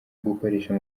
gukoresha